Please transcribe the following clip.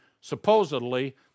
supposedly